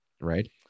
right